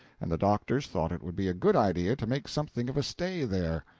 and the doctors thought it would be a good idea to make something of a stay there.